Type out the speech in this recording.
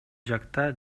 жакта